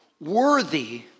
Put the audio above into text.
worthy